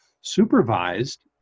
Supervised